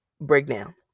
breakdown